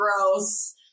gross